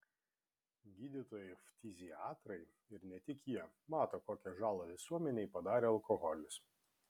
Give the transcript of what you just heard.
gydytojai ftiziatrai ir ne tik jie mato kokią žalą visuomenei padarė alkoholis